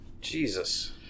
Jesus